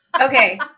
Okay